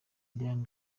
diane